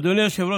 אדוני היושב-ראש,